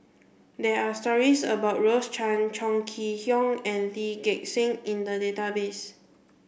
there are stories about Rose Chan Chong Kee Hiong and Lee Gek Seng in the database